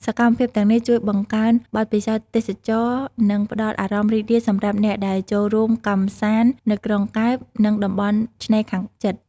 សកម្មភាពទាំងនេះជួយបង្កើនបទពិសោធន៍ទេសចរណ៍ និងផ្តល់អារម្មណ៍រីករាយសម្រាប់អ្នកដែលចូលរួមកម្សាន្តនៅក្រុងកែប និងតំបន់ឆ្នេរខាងជិត។